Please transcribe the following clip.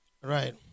Right